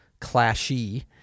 clashy